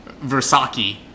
Versace